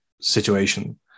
situation